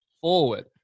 forward